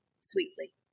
sweetly